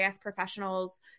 professionals